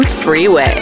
Freeway